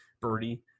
birdie